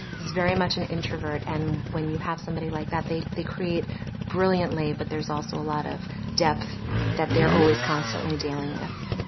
is very much an introvert. and when you have somebody like that, they they create brilliantly, but there is also a lot of depth that they are always constantly dealing with.